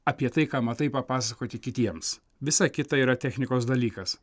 apie tai ką matai papasakoti kitiems visa kita yra technikos dalykas